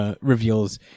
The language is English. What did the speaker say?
reveals